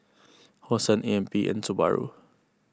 Hosen A M P and Subaru